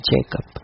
Jacob